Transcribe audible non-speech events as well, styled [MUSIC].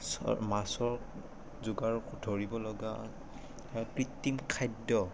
[UNINTELLIGIBLE] মাছৰ যোগাৰ ধৰিব লগা হয় কৃত্ৰিম খাদ্য